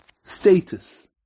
status